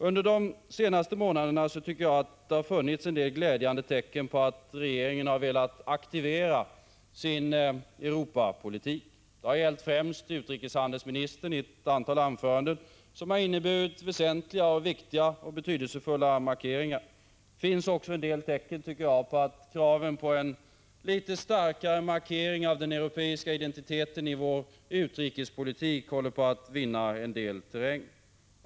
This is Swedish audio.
Under de senaste månaderna tycker jag att det har funnits en del glädjande tecken på att regeringen velat aktivera sin Europapolitik. Det har gällt främst utrikeshandelsministern i en del anföranden som inneburit väsentliga och betydelsefulla markeringar. Det finns också en del tecken på att kraven på litet starkare markering av den europeisk identiteten i vår utrikespolitik håller på att vinna en del terräng.